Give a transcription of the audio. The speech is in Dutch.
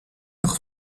nog